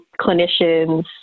clinicians